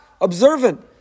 observant